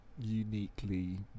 uniquely